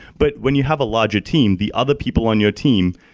but when you have a larger team, the other people on your team,